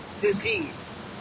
disease